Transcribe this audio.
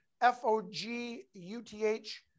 F-O-G-U-T-H